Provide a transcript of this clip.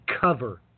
cover